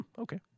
Okay